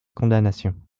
condamnation